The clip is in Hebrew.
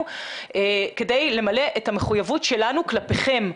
כדי למלא את המחויבות שלנו כלפיכם,